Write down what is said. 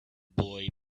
boy